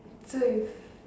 so you